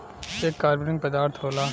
एक कार्बनिक पदार्थ होला